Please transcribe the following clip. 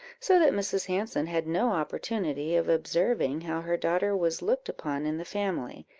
so that mrs. hanson had no opportunity of observing how her daughter was looked upon in the family,